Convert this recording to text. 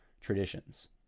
traditions